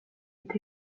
est